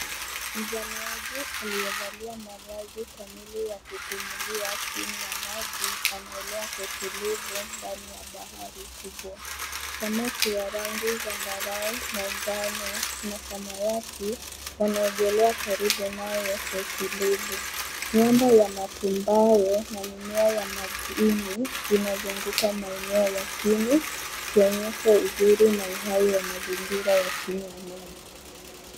Mzamiaji aliyevalia mavazi kamili ya kupumulia chini ya maji anaelea kwa utulivu ndani ya bahari kubwa. Samaki wa rangi zambarau, manjano na samawati wanaogelea karibu naye kwa utulivu. Miamba ya matumbawe na mimea ya majini inazunguka maeneo ya chini, ikionyesha uzuri na uhai wa mazingira ya chini ya mwamba.